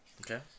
Okay